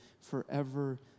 forever